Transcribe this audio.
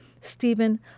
Stephen